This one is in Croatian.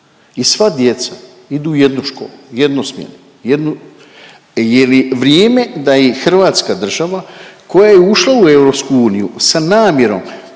i sva djeca idu u jednu školu, u jednu smjenu, jednu, je li vrijeme da i hrvatska država koja je ušla u EU sa namjerom